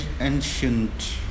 ancient